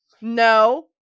No